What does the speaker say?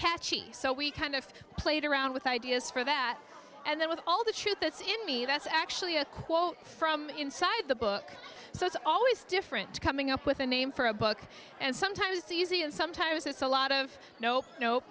catchy so we kind of played around with ideas for that and then with all the truth that's in me that's actually a quote from inside the book so it's always different to coming up with a name for a book and sometimes easy and sometimes it's a lot of nope nope